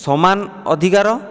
ସମାନ ଅଧିକାର